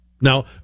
now